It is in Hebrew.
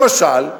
למשל,